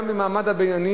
גם מהמעמד הבינוני.